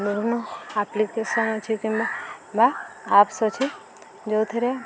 ବିଭିନ୍ନ ଆପ୍ଲିକେସନ୍ ଅଛି କିମ୍ବା ବା ଆପ୍ସ ଅଛି ଯେଉଁଥିରେ